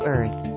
Earth